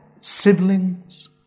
siblings